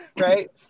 Right